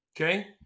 Okay